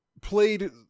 played